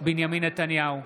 בנימין נתניהו,